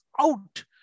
out